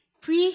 Puis